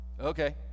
okay